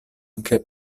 anche